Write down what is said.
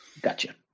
Gotcha